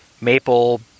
maple